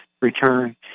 return